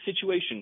situation